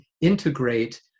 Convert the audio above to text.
integrate